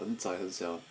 很窄很小